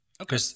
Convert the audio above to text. Okay